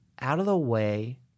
out-of-the-way